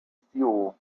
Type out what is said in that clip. fuel